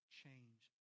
change